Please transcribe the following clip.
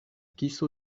kiso